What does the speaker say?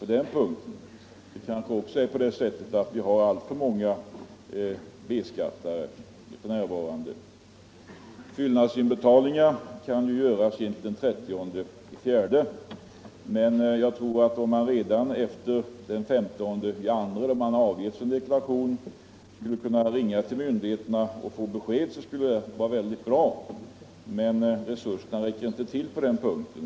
Vi kanske också har alltför — räntor enligt många B-skattebetalare för närvarande. uppbördsförord Fyllnadsinbetalningar kan göras intill den 30 april. Om man redan = ningen efter den 15 februari, när man har avgivit sin deklaration, kunde ringa till myndigheterna och få besked skulle det vara bra, men resurserna räcker inte till för det.